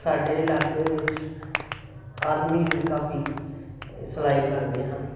ਸਾਡੇ ਇਲਾਕੇ ਵਿੱਚ ਆਦਮੀ ਵੀ ਕਾਫੀ ਸਿਲਾਈ ਕਰਦੇ ਹਨ